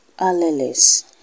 alleles